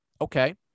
Okay